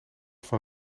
van